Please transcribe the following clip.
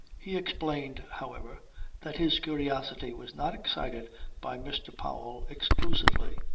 he explained however that his curiosity was not excited by mr. powell exclusively.